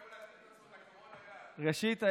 ראשית,